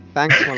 Thanks